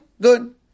good